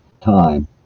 Time